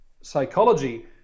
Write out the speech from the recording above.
psychology